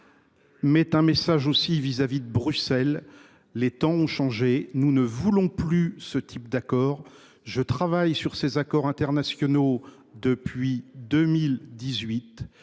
aussi un message en direction de Bruxelles : les temps ont changé, nous ne voulons plus de ce type d’accords. Je travaille sur les accords internationaux depuis 2018.